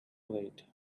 late